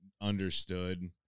understood